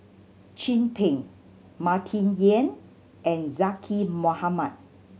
Chin Peng Martin Yan and Zaqy Mohamad